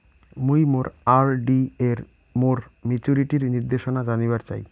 মুই মোর আর.ডি এর মোর মেচুরিটির নির্দেশনা জানিবার চাই